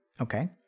Okay